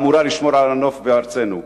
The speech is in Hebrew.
האמורה לשמור על הנוף בארצנו.